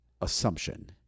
assumption